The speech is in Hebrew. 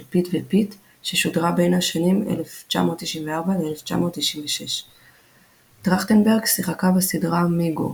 פיט ופיט" ששודרה בין השנים 1994–1996. טרכטנברג שיחקה בסדרה "מיגו".